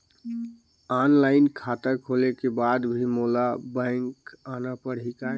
Online खाता खोले के बाद भी मोला बैंक आना पड़ही काय?